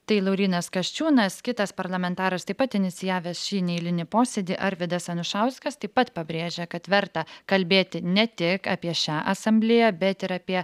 tai laurynas kasčiūnas kitas parlamentaras taip pat inicijavęs šį neeilinį posėdį arvydas anušauskas taip pat pabrėžia kad verta kalbėti ne tik apie šią asamblėją bet ir apie